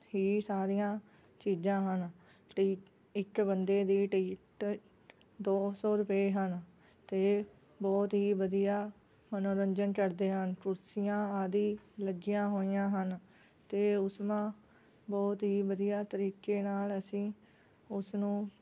ਹੀ ਸਾਰੀਆਂ ਚੀਜ਼ਾਂ ਹਨ ਟੀ ਇੱਕ ਬੰਦੇ ਦੀ ਟਿਕਟ ਦੋ ਸੌ ਰੁਪਏ ਹਨ ਅਤੇ ਬਹੁਤ ਹੀ ਵਧੀਆ ਮਨੋਰੰਜਨ ਕਰਦੇ ਹਨ ਕੁਰਸੀਆਂ ਆਦਿ ਲੱਗੀਆਂ ਹੋਈਆਂ ਹਨ ਅਤੇ ਉਸ ਮਾ ਬਹੁਤ ਹੀ ਵਧੀਆ ਤਰੀਕੇ ਨਾਲ ਅਸੀਂ ਉਸਨੂੰ